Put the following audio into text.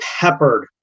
peppered